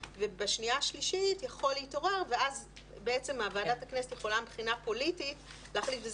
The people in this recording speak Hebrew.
ובשנייה-שלישית יכול להתעורר ואז ועדת הכנסת יכולה מבחינה פוליטית להחליט.